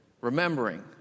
remembering